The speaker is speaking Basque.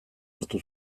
hartu